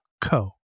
co